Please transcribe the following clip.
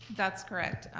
that's correct.